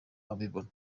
abibona